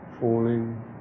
falling